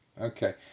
Okay